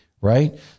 right